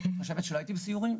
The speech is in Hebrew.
את חושבת שלא הייתי בסיורים?